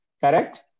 correct